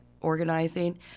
organizing